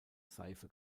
seife